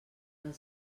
del